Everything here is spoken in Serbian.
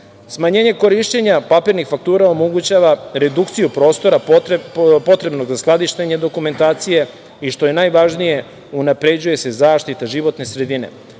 svakako. Smanjenje korišćenja papirnih faktura omogućava redukciju prostora potrebnog za skladištenje dokumentacije, i što je najvažnije, unapređuje se zaštita životne sredine.